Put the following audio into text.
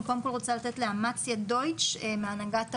אני רוצה לתת לאמציה דויטש מהנהגת ההורים,